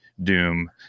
doom